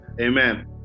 Amen